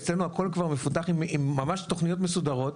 אצלנו הכול כבר מפותח עם תוכניות מסודרת,